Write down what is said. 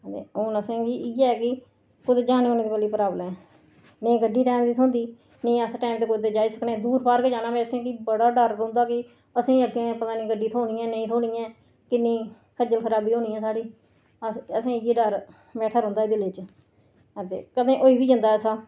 ते असें बी हून इ'यै ऐ कि सिर्फ औने जाने दी प्राब्लम ऐ नेईं गड्डी टैम दी थ्होंदी नेईं असें टैम दे कुतै जाई सकदे दूर पार गै जाना होऐ असेंगी बड़ा डर रौंह्दा कि असेंगी पता निं गड्डी थ्होनी जां नेईं थ्होनी ऐ किन्नी खज्जल खराबी होनी ऐ साढ़ी अस असेंगी इ'यै डर बैठा रौंह्दा दिलै च कदें होई बी जंदा ऐसा